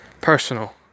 personal